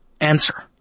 answer